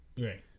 Right